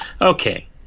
Okay